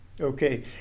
Okay